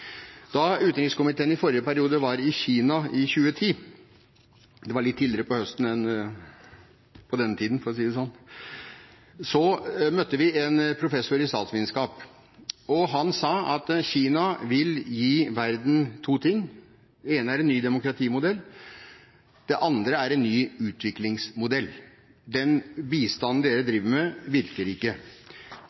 Da utenrikskomiteen i forrige periode var i Kina, i 2010 – det var litt tidligere på høsten enn på denne tiden, for å si det sånn – møtte vi en professor i statsvitenskap, og han sa at Kina vil gi verden to ting: Det ene er en ny demokratimodell, og det andre er en ny utviklingsmodell – den bistanden dere driver med, virker ikke.